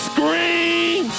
Scream